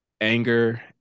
Anger